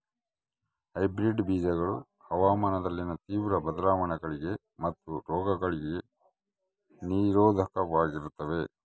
hybrid ಬೇಜಗಳು ಹವಾಮಾನದಲ್ಲಿನ ತೇವ್ರ ಬದಲಾವಣೆಗಳಿಗೆ ಮತ್ತು ರೋಗಗಳಿಗೆ ನಿರೋಧಕವಾಗಿರ್ತವ